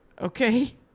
Okay